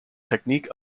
technique